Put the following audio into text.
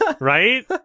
Right